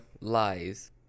lies